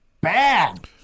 bad